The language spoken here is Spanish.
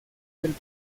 del